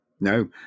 no